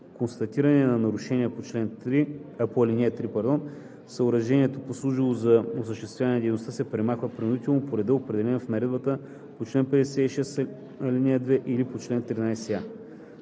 констатиране на нарушение по ал. 3 съоръжението, послужило за осъществяване на дейността, се премахва принудително по ред, определен с наредбата по чл. 56, ал. 2 или по чл. 13а.“